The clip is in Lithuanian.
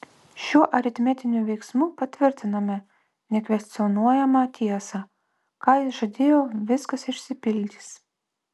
šiuo aritmetiniu veiksmu patvirtiname nekvestionuojamą tiesą ką jis žadėjo viskas išsipildys